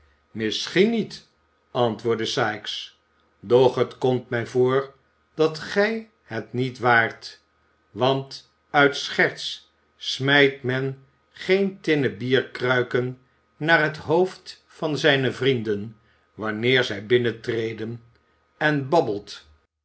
misschien niet antwoordde sikes doch het komt mij voor dat gij het niet waart want uit scherts smijt men geen tinnen bierkruiken naar het hoofd van zijne vrienden wanneer zij binnentreden en babbelt